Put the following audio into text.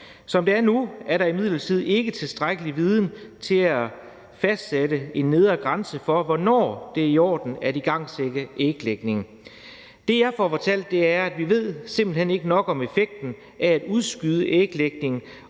Som det er nu, er der imidlertid ikke tilstrækkelig viden til at fastsætte en nedre grænse for, hvornår det er i orden at igangsætte æglægning. Det, jeg får fortalt, er, at vi simpelt hen ikke ved nok om effekten af at udskyde æglægning